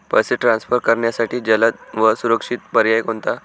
पैसे ट्रान्सफर करण्यासाठी जलद व सुरक्षित पर्याय कोणता?